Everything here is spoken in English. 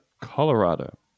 Colorado